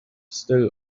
still